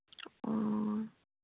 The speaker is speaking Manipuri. ꯑꯣ